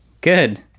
Good